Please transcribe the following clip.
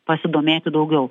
pasidomėti daugiau